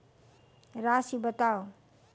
राशि बताउ